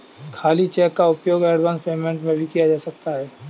खाली चेक का उपयोग एडवांस पेमेंट में भी किया जाता है